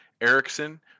Erickson